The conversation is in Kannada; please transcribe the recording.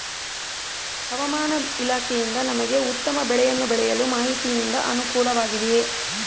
ಹವಮಾನ ಇಲಾಖೆಯಿಂದ ನಮಗೆ ಉತ್ತಮ ಬೆಳೆಯನ್ನು ಬೆಳೆಯಲು ಮಾಹಿತಿಯಿಂದ ಅನುಕೂಲವಾಗಿದೆಯೆ?